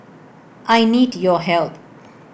I need your help